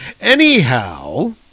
Anyhow